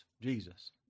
Jesus